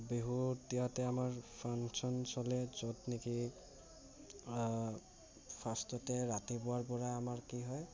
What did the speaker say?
বিহুত ইয়াতে আমাৰ ফাংচন চলে য'ত নেকি ফাৰ্ষ্টতে ৰাতিপুৱাৰ পৰা আমাৰ কি হয়